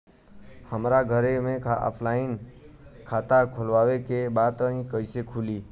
हमरा घरे से ऑनलाइन खाता खोलवावे के बा त कइसे खुली?